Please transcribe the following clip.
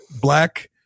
black